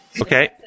Okay